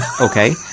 Okay